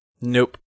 nope